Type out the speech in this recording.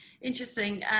Interesting